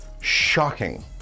Shocking